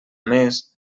més